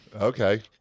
Okay